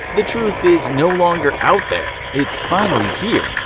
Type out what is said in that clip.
the truth is no longer out there, it's finally here,